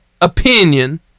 opinion